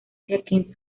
jenkins